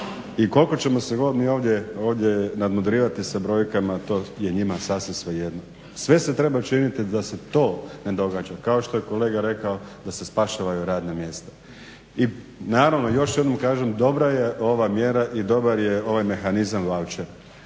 I koliko god ćemo se mi ovdje nadmudrivati sa brojkama to je njima sasvim svejedno. Sve se treba činiti da se to ne događa, kao što je kolega rekao da se spašavaju radna mjesta. I naravno još jednom kažem dobra je ova mjera i dobar je ovaj mehanizam vaučer.